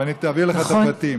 ואני אעביר לך את הפרטים.